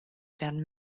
werden